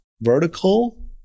vertical